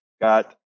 got